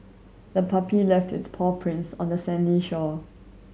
the puppy left its paw prints on the sandy shore